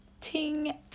ting